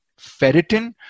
ferritin